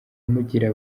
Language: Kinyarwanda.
mugira